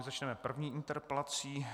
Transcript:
Začneme první interpelací.